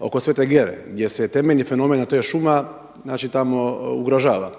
oko Svete Gere gdje se temeljeni fenomen, a to je šuma tamo ugrožava.